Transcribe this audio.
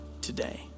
today